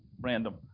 random